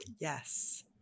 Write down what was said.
Yes